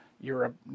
Europe